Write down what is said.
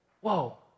Whoa